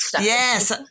Yes